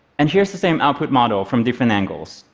and here's the same output model from different angles.